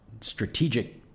strategic